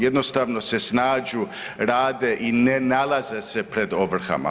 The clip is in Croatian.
Jednostavno se snađu, rade i ne nalaze se pred ovrhama.